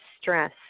stress